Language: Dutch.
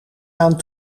aan